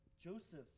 Joseph